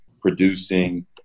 producing